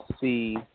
see